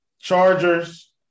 Chargers